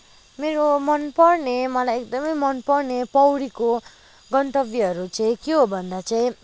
मेरो मन पर्ने मलाई एकदमै मन पर्ने पौडीको गन्तव्यहरू चाहिँ के हो भन्दा चाहिँ